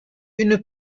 une